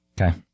Okay